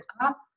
up